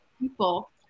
people